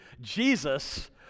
Jesus